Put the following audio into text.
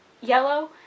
yellow